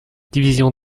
division